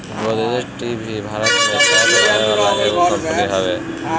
Godrej tea भी भारत में चाय बनावे वाला एगो कंपनी हवे